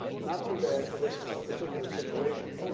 not too bad for this particular situation.